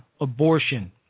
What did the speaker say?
abortion